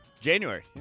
January